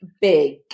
big